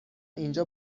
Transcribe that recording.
اینجا